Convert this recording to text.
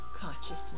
consciousness